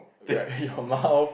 like your mouth